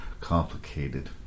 complicated